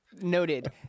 Noted